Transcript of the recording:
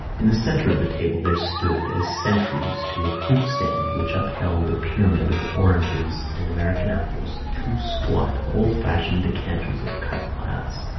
in the centre of the table there stood, as sentries to a fruit-stand which upheld a pyramid of oranges and american apples, two squat old-fashioned decanters of cut glass,